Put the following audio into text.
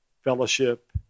fellowship